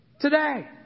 Today